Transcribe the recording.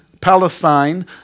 Palestine